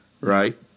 right